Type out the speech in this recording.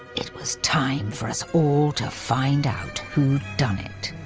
it was time for us all to find out who done it!